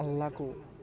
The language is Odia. ଅଲ୍ଲାକୁ